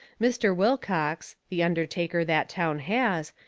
mr. wilcox, the undertaker that town has,